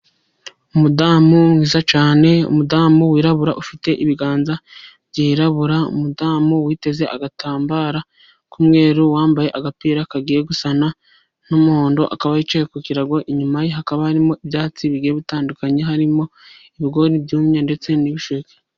Umudamu mwiza cyane, umudamu wirabura ufite ibiganza byirabura, umudamu witeze agatambara k'umweru, wambaye agapira kagiye gusana n'umuhondo, akaba yicaye ku kirago inyuma hakaba harimo ibyatsi bigiye bitandukanye, harimo ibigoni byumye ndetse n'ibisheke.